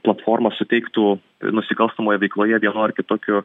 platformos suteiktų nusikalstamoje veikloje vienu ar kitokiu